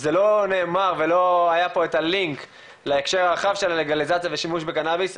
זה לא נאמר ולא היה פה את הלינק להקשר הרחב של הלגליזציה ושימוש בקנביס.